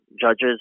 judges